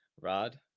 Rod